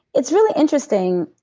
it's really interesting,